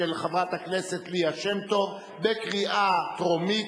של חברת הכנסת ליה שמטוב, בקריאה טרומית.